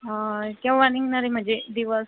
हो केव्हा निघणार आहे म्हणजे दिवस